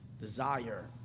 desire